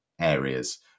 areas